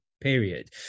period